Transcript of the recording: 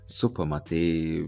supama tai